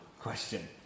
question